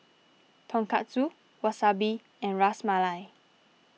Tonkatsu Wasabi and Ras Malai